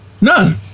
None